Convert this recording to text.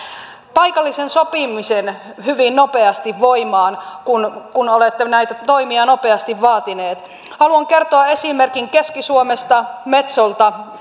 paikallisen sopimisen hyvin nopeasti voimaan kun kun olette näitä toimia nopeasti vaatineet haluan kertoa esimerkin keski suomesta metsolta